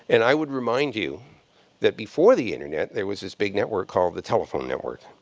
and i would remind you that before the internet, there was this big network called the telephone network.